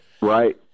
Right